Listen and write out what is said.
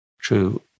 true